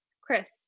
Chris